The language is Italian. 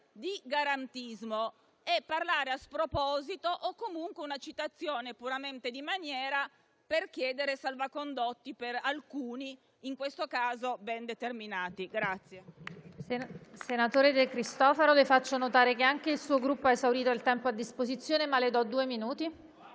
di garantismo è parlare a sproposito o comunque una citazione puramente di maniera per chiedere salvacondotti per alcuni, in questo caso ben determinati.